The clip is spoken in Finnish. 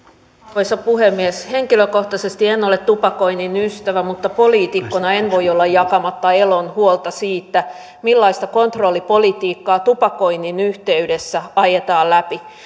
arvoisa puhemies henkilökohtaisesti en ole tupakoinnin ystävä mutta poliitikkona en voi olla jakamatta elon huolta siitä millaista kontrollipolitiikkaa tupakoinnin yhteydessä ajetaan läpi